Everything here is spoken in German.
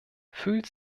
fühlt